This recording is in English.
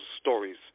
stories